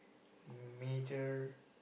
major